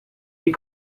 die